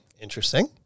Interesting